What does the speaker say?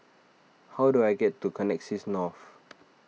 how do I get to Connexis North